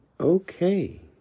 Okay